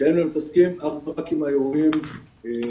שהם מתעסקים אך ורק עם האירועים הפליליים.